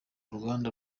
uruganda